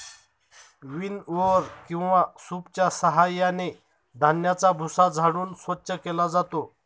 विनओवर किंवा सूपच्या साहाय्याने धान्याचा भुसा झाडून स्वच्छ केला जातो